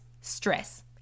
stress